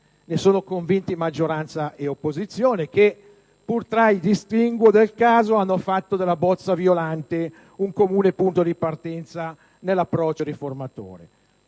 Ne sono convinte maggioranza e opposizione che, pur tra i distinguo del caso, hanno fatto della cosiddetta bozza Violante un comune punto di partenza nell'approccio riformatore.